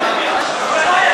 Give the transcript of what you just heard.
או,